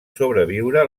sobreviure